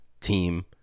team